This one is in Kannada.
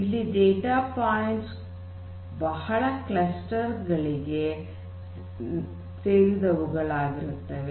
ಇಲ್ಲಿ ಡೇಟಾ ಪಾಯಿಂಟ್ಸ್ ಬಹಳ ಕ್ಲಸ್ಟರ್ ಗಳಿಗೆ ಸೇರಿದವುಗಳಾಗಿರುತ್ತವೆ